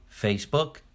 Facebook